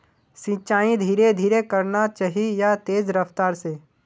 सिंचाई धीरे धीरे करना चही या तेज रफ्तार से?